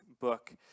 book